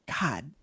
God